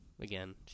Again